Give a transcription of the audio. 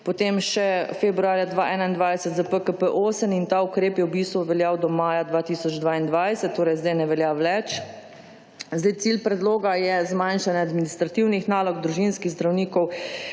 potem še februarja 2021 s PKP8 in ta ukrep je v bistvu veljal do maja 2022, torej, zdaj ne velja več. Cilj predloga je zmanjšanje administrativnih nalog družinskih zdravnikov,